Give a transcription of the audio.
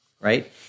Right